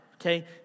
okay